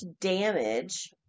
damage